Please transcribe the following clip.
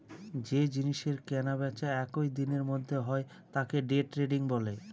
যে জিনিসের কেনা বেচা একই দিনের মধ্যে হয় তাকে দে ট্রেডিং বলে